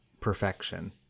perfection